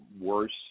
worse